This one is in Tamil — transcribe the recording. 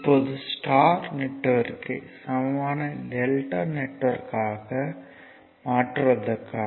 இப்போது ஸ்டார் நெட்வொர்க்கை சமமான டெல்டா நெட்வொர்க்காக மாற்றுவதற்காக